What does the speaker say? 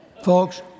Folks